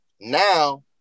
now